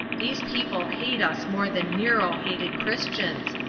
these people hate us more than nero hated christians,